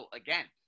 again